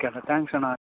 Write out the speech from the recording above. ಕೆಳ ಸ್ಯಾಂಕ್ಷನ್